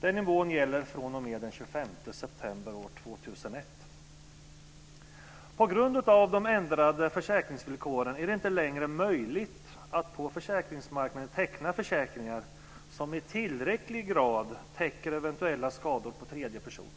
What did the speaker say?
Den nivån gäller fr.o.m. På grund av de ändrade försäkringsvillkoren är det inte längre möjligt att på försäkringsmarknaden teckna försäkringar som i tillräcklig grad täcker eventuella skador på tredje person.